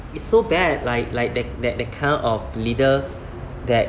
it's so bad like like that that that kind of leader that